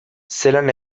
zelan